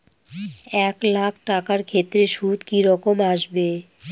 এক লাখ টাকার ক্ষেত্রে সুদ কি রকম আসবে?